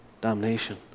damnation